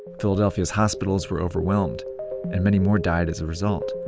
philadelphia's hospitals were overwhelmed and many more died as a result.